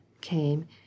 came